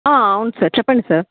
అవును సార్ చెప్పండి సార్